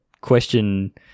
question